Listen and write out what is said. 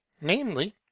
namely